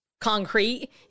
concrete